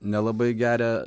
nelabai geria